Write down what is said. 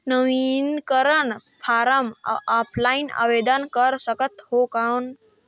नवीनीकरण form offline आवेदन कर सकत हो कौन?